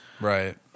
Right